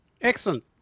Excellent